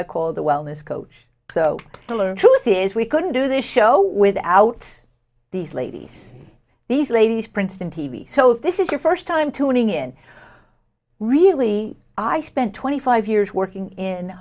i call the wellness coach so diller truth is we couldn't do this show without these ladies these ladies princeton t v so if this is your first time tuning in really i spent twenty five years working in